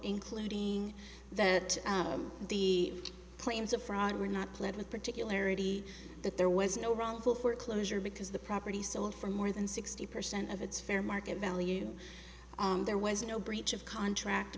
including that the claims of fraud were not pled with particularities that there was no wrongful foreclosure because the property sold for more than sixty percent of its fair market value there was no breach of contract